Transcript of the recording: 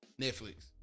Netflix